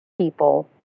people